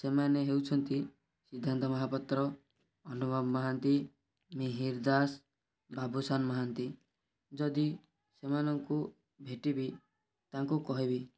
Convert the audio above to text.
ସେମାନେ ହେଉଛନ୍ତିି ସିଦ୍ଧାନ୍ତ ମହାପାତ୍ର ଅନୁଭବ ମହାନ୍ତି ମିହିର ଦାସ ବାବୁଶାନ ମହାନ୍ତି ଯଦି ସେମାନଙ୍କୁ ଭେଟିବି ତାଙ୍କୁ କହିବି